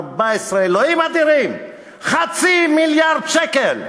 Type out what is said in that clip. אלוהים אדירים: חצי מיליארד שקל.